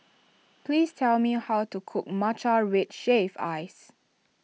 please tell me how to cook Matcha Red Shaved Ice